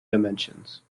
dimensions